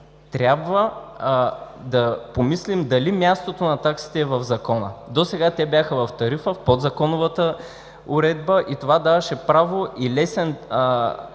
трябва да помислим дали мястото на таксите е в Закона. Досега те бяха в тарифа, в подзаконовата уредба. И това даваше право и лесен